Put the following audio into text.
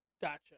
Gotcha